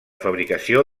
fabricació